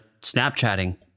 Snapchatting